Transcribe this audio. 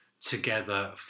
together